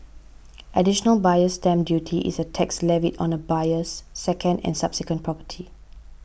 additional Buyer's Stamp Duty is a tax levied on a buyer's second and subsequent property